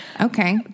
Okay